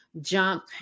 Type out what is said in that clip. jump